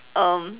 err